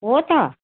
हो त